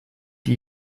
die